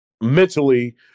mentally